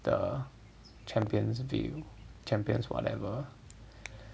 the Champions Ville Champions whatever